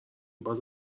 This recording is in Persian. باز